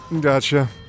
Gotcha